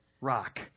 rock